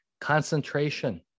concentration